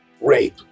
rape